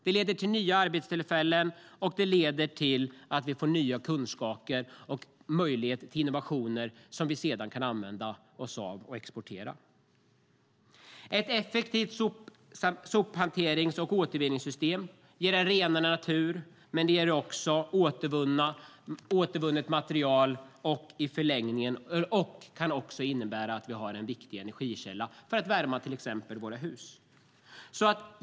Det leder till nya arbetstillfällen, och det leder till att vi får nya kunskaper och möjlighet till innovationer som vi sedan kan använda oss av och exportera. Ett effektivt sophanterings och återvinningssystem ger en renare natur, men det ger också återvunnet material, och det kan innebära att vi har en viktig energikälla för att värma till exempel våra hus.